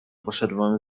poszedłem